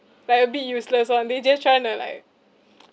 like a bit useless [one] they just trying to like